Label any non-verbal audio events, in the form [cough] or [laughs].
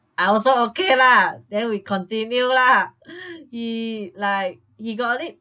I also okay lah then we continue lah [laughs] he like he got a little